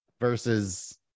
Versus